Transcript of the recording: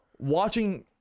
Watching